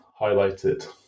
highlighted